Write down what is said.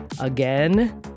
Again